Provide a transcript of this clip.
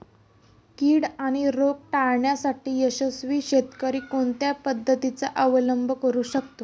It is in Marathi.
कीड आणि रोग टाळण्यासाठी यशस्वी शेतकरी कोणत्या पद्धतींचा अवलंब करू शकतो?